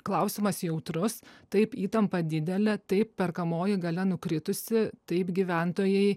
klausimas jautrus taip įtampa didelė taip perkamoji galia nukritusi taip gyventojai